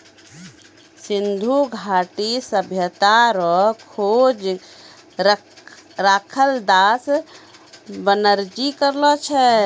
सिन्धु घाटी सभ्यता रो खोज रखालदास बनरजी करलो छै